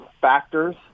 factors